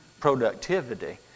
Productivity